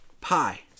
Pi